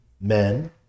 men